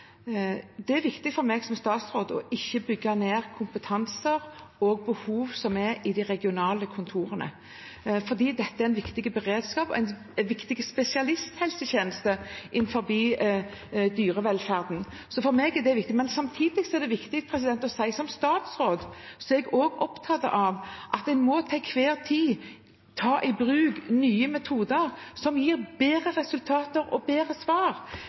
behov som er i de regionale kontorene, for dette er en viktig beredskap og en viktig spesialisthelsetjeneste innenfor dyrevelferden. Så for meg er dette viktig. Samtidig er det viktig å si at som statsråd er jeg også opptatt av at en til enhver tid må ta i bruk nye metoder, som gir bedre resultater og bedre svar.